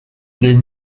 des